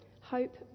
Hope